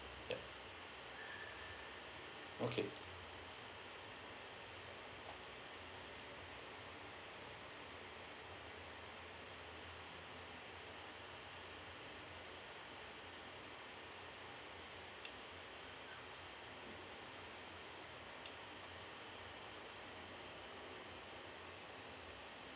yup okay